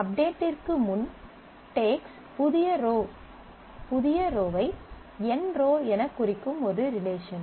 அப்டேட்டிற்கு முன் டேக்ஸ் புதிய ரோவை nrow எனக் குறிக்கும் ஒரு ரிலேஷன்